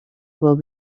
will